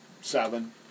seven